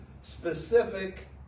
specific